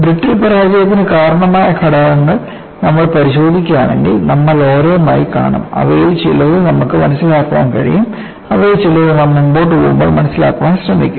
brittle പരാജയത്തിന് കാരണമായ ഘടകങ്ങൾ നമ്മൾ പരിശോധിക്കുകയാണെങ്കിൽ നമ്മൾ ഓരോന്നായി കാണും അവയിൽ ചിലത് നമുക്ക് മനസ്സിലാക്കാൻ കഴിയും അവയിൽ ചിലത് നാം മുന്നോട്ട് പോകുമ്പോൾ മനസ്സിലാക്കാൻ ശ്രമിക്കും